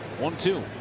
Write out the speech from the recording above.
One-two